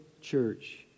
church